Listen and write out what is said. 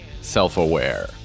self-aware